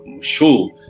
show